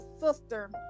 sister